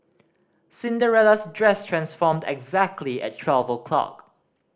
Cinderella's dress transformed exactly at twelve o'clock